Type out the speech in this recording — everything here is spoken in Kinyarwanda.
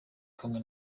kamwe